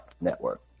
network